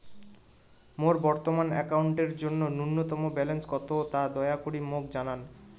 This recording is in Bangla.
মোর বর্তমান অ্যাকাউন্টের জন্য ন্যূনতম ব্যালেন্স কত তা দয়া করি মোক জানান